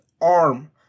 arm